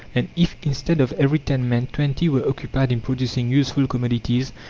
and if, instead of every ten men, twenty were occupied in producing useful commodities,